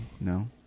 No